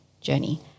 journey